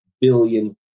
billion